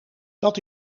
dat